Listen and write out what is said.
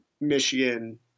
Michigan